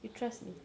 you trust me